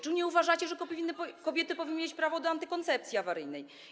Czy nie uważacie, że kobiety powinny mieć prawo do antykoncepcji awaryjnej?